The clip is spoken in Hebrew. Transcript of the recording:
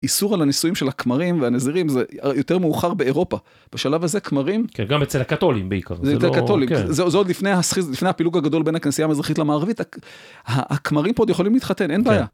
איסור על הנישואים של הכמרים והנזירים זה יותר מאוחר באירופה. בשלב הזה כמרים... כן, גם אצל הקתולים בעיקר. זה יותר קתולים. זה עוד לפני הפילוג הגדול בין הכנסייה המזרחית למערבית. הכמרים פה עוד יכולים להתחתן, אין בעיה.